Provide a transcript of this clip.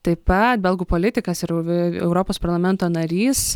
taip pat belgų politikas ir europos parlamento narys